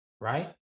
right